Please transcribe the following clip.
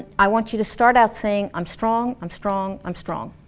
i want you to start out saying i'm strong i'm strong i'm strong